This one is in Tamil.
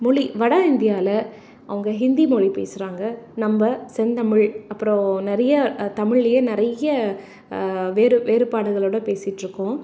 மொழி வடஇந்தியாவில அவங்க ஹிந்திமொழி பேசுகிறாங்க நம்ம செந்தமிழ் அப்புறம் நிறைய தமிழ்லேயே நிறைய வேறு வேறுபாடுகளோடயே பேசிகிட்ருக்கோம்